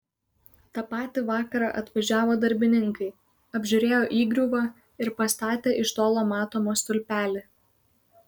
tą patį vakarą atvažiavo darbininkai apžiūrėjo įgriuvą ir pastatė iš tolo matomą stulpelį